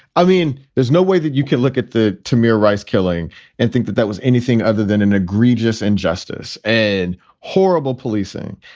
i mean, there's no way that you can look at the tamir rice killing and think that that was anything other than an egregious injustice and horrible policing.